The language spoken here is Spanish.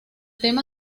tema